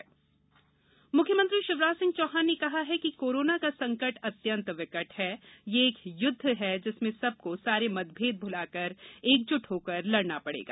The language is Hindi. मुख्यमंत्री कोरोना मुख्यमंत्री शिवराज सिंह चौहान ने कहा है कि कोरोना का संकट अत्यंत विकट है यह एक युद्ध है जिसमें सबको सारे मतमेद भुलाकर एकजुट होकर लड़ना पड़ेगा